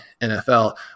NFL